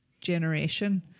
generation